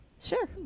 Sure